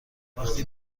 وقتی